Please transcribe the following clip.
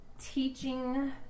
teaching